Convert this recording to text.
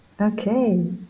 Okay